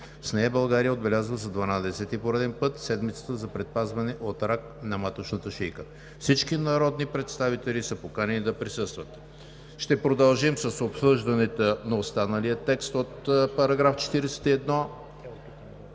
С нея България отбелязва за дванайсети пореден път Седмицата за предпазване от рак на маточната шийка. Всички народни представители са поканени да присъстват. Ще продължим по-късно с обсъжданията на останалия текст от § 41.